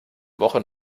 woche